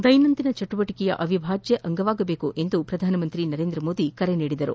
ದೈನಂದಿನ ಚಟುವಟಿಕೆಯ ಅವಿಭಾಜ್ಯ ಅಂಗವಾಗಬೇಕು ಎಂದು ಪ್ರಧಾನಿ ಮೋದಿ ಕರೆ ನೀಡಿದರು